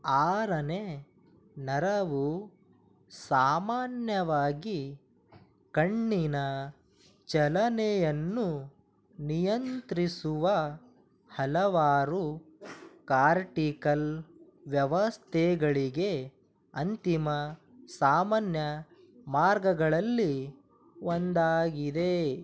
ಆರನೇ ನರವು ಸಾಮಾನ್ಯವಾಗಿ ಕಣ್ಣಿನ ಚಲನೆಯನ್ನು ನಿಯಂತ್ರಿಸುವ ಹಲವಾರು ಕಾರ್ಟಿಕಲ್ ವ್ಯವಸ್ಥೆಗಳಿಗೆ ಅಂತಿಮ ಸಾಮಾನ್ಯ ಮಾರ್ಗಗಳಲ್ಲಿ ಒಂದಾಗಿದೆ